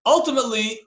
Ultimately